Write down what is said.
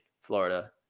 Florida